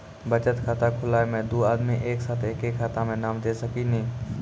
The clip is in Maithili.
बचत खाता खुलाए मे दू आदमी एक साथ एके खाता मे नाम दे सकी नी?